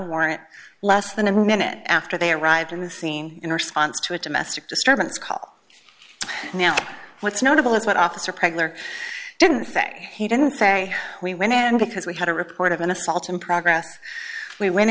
warrant less than a minute after they arrived in the scene in response to a domestic disturbance call now what's notable is what officer praeger didn't say he didn't say we went in and because we had a report of an assault in progress we went